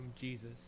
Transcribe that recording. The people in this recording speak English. Jesus